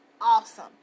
awesome